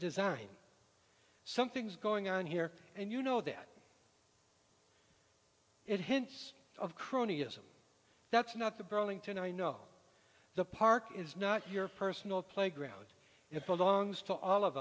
design something's going on here and you know that it hints of cronyism that's not the burlington i know the park is not your personal playground it belongs to all of